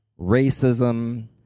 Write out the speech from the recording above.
racism